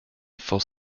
for